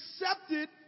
accepted